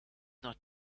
not